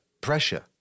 pressure